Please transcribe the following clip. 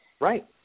Right